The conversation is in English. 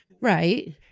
Right